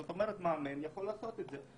זאת אומרת, מאמן יכול לעשות את זה.